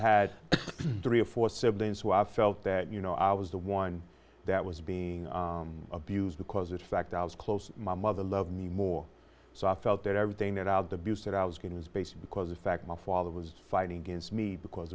had three or four siblings who i felt that you know i was the one that was being abused because of fact i was close my mother loved me more so i felt that everything that out the abuse that i was getting is based because in fact my father was fighting against me because